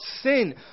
sin